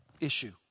issue